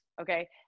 Okay